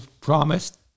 promised